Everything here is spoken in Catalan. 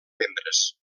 membres